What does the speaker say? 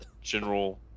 general